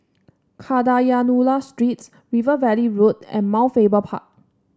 Kadayanallur Street River Valley Road and Mount Faber Park